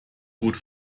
gut